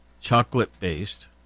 Chocolate-based